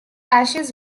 ashes